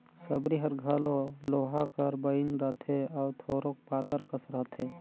सबरी हर घलो लोहा कर बइन रहथे अउ थोरोक पातर कस रहथे